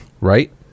right